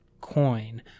coin